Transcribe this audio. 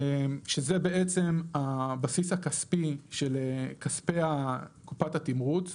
שזה בעצם הבסיס הכספי של כספי קופת התמרוץ,